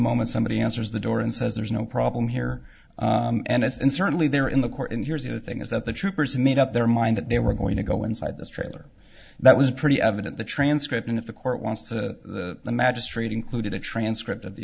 moment somebody answers the door and says there's no problem here and it's and certainly they're in the court and here's the other thing is that the troopers made up their mind that they were going to go inside this trailer that was pretty evident the transcript and if the court wants to the magistrate included a transcript of the